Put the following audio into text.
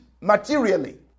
materially